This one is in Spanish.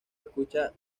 escucha